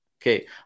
Okay